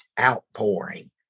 outpouring